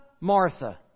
Martha